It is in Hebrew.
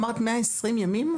אמרת 120 ימים?